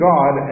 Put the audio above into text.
God